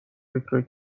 فکرایی